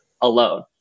alone